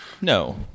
No